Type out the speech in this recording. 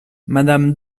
madame